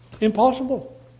Impossible